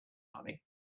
money